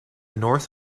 north